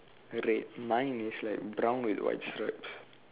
red mine is like brown with white stripes